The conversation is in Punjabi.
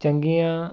ਚੰਗੀਆਂ